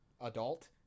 adult